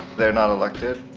they're not elected,